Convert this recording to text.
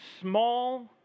small